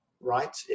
right